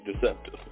deceptive